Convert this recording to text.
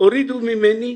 הורידו ממני,